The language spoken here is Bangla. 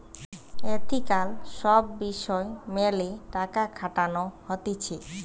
এথিকাল সব বিষয় মেলে টাকা খাটানো হতিছে